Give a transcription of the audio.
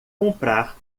comprar